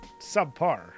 subpar